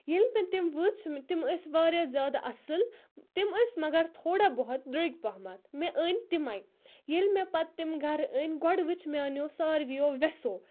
ییٚلہِ مےٚ تِم وٕچھ تِم ٲسۍ واریاہ زیادٕ اَصٕل تِم ٲسۍ مگر تھوڑا بہت درٛوگۍ پہمَتھ مےٚ أنۍ تِمَے ییٚلہِ مےٚ پَتہٕ تِم گَرٕ أنۍ گۄڈٕ وٕچھ میانیو ساروِیو ویسو